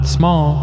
small